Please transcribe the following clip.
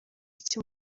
icyo